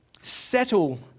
settle